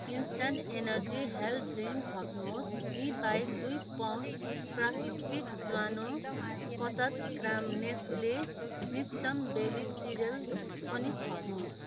instant energy health drink थप्नुहोस् यी बाहेक दुई पाउच प्राकृतिक ज्वानो पचास gram Nestle Nestum baby cereal पनि थप्नुहोस्